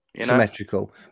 Symmetrical